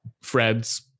Fred's